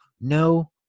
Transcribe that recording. no